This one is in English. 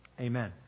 Amen